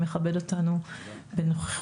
שמכבד אותנו בנוכחותו.